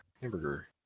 hamburger